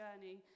journey